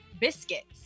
biscuits